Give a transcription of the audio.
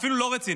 אפילו לא רציני,